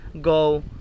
go